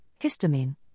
histamine